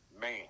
man